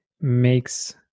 makes